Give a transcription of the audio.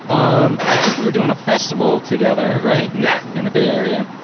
um i think we were doing a festival together right. yeah. in the bay area.